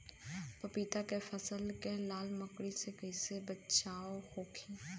पपीता के फल के लाल मकड़ी से कइसे बचाव होखि?